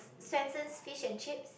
Swensen's fish and chips